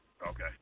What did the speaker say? Okay